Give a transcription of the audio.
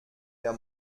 der